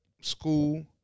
school